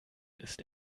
ist